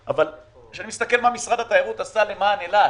כשאני מסתכל מה משרד התיירות עשה למען אילת